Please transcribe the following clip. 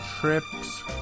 trips